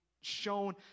shown